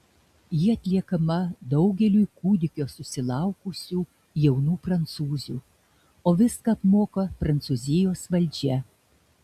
ji atliekama daugeliui kūdikio susilaukusių jaunų prancūzių o viską apmoka prancūzijos valdžia